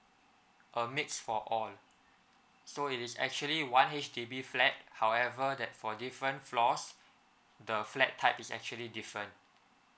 a mix for all so it is actually one H_D_B flat however that for different floors the flat types it's actually different